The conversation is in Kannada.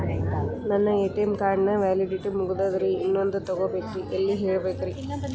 ನನ್ನ ಎ.ಟಿ.ಎಂ ಕಾರ್ಡ್ ನ ವ್ಯಾಲಿಡಿಟಿ ಮುಗದದ್ರಿ ಇನ್ನೊಂದು ತೊಗೊಬೇಕ್ರಿ ಎಲ್ಲಿ ಕೇಳಬೇಕ್ರಿ?